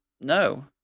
no